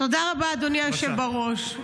תודה רבה, אדוני היושב בראש.